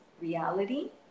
reality